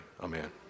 amen